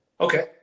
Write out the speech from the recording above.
Okay